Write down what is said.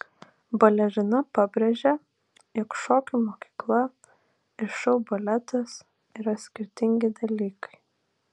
balerina pabrėžė jog šokių mokykla ir šou baletas yra skirtingi dalykai